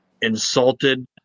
insulted